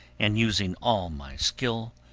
and using all my skill,